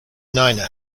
niner